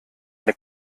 eine